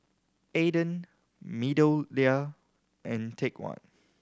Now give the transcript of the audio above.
Aden MeadowLea and Take One